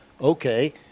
okay